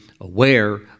aware